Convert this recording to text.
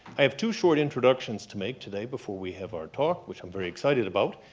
i have two short introductions to make today before we have our talk which i'm very excited about.